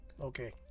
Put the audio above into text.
Okay